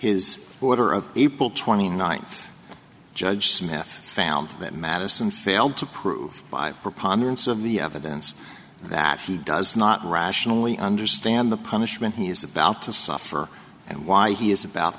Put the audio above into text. is order of april twenty ninth judge some have found that madison failed to prove by preponderance of the evidence that he does not rationally understand the punishment he is about to suffer and why he is about